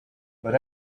but